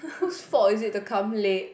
whose fault is it to come late